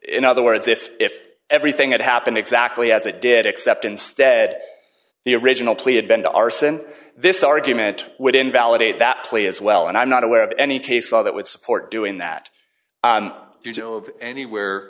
in other words if if everything that happened exactly as it did except instead the original plea had been the arson this argument would invalidate that plea as well and i'm not aware of any case law that would support doing that do you know of any where